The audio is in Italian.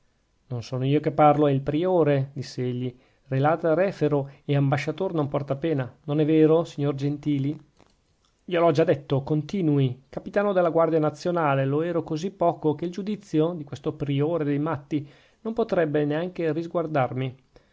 non son io che parlo è il priore disse egli relata refero e ambasciatore non porta pena non è vero signor gentili gliel ho già detto continui capitano della guardia nazionale lo ero così poco che il giudizio di questo priore dei matti non potrebbe neanche risguardarmi